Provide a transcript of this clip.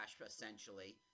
essentially